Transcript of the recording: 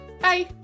Bye